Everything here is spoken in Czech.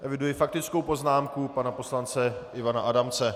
Eviduji faktickou poznámku pana poslance Ivana Adamce.